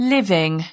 Living